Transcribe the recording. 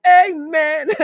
amen